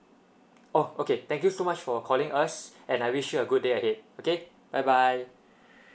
oh okay thank you so much for calling us and I wish you a good day ahead okay bye bye